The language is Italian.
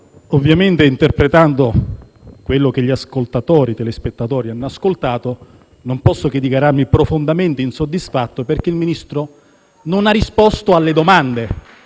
Ovviamente, interpretando quello che i telespettatori hanno ascoltato, non posso che dichiararmi profondamente insoddisfatto perché il Ministro non ha risposto alle domande.